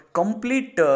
complete